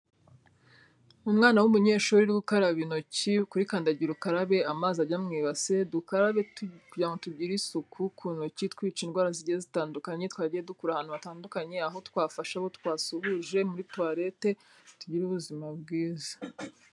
Umwana w'umunyeshuri uri gukaraba intok,i kuri kandagira ukarabe amazi ajya mu ibase, dukarabe kugira ngo tugire isuku ku ntoki twica indwara zigiye zitandukanye, twagiye dukura ahantu hatandukanye, aho twafashe, abo twasuhuje, muri toilette. Tugire ubuzima bwiza.